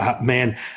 Man